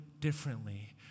differently